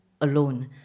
alone